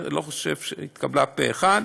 היא התקבלה פה אחד,